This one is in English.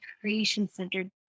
creation-centered